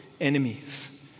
enemies